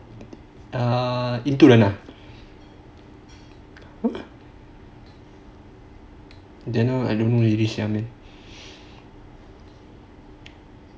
印度人 ah